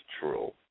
true